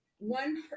one